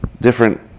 different